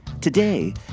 Today